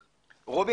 בבקשה.